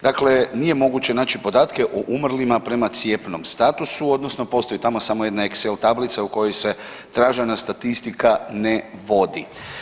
Dakle, nije moguće naći podatke o umrlima prema cijepnom statusu odnosno postoji tamo samo jedna Excel tablica u kojoj se tražena statistika ne vodi.